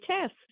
test